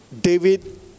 David